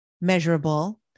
measurable